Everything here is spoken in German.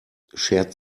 schert